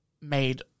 made